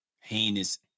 heinous